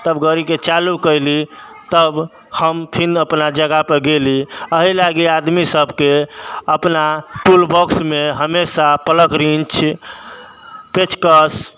तब गड़ीके चालू कयली तब हम फिन अपना जगह पे गेली एहि लागी आदमी सबके अपना टूल बॉक्समे हमेशा प्लग रिंज पेचकश